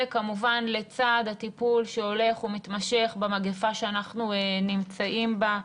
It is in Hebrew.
כמובן לצד הטיפול שהולך ומתמשך במגפה שאנחנו נמצאים בה,